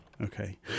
Okay